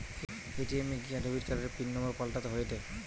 ATM এ গিয়া debit কার্ডের পিন নম্বর পাল্টাতে হয়েটে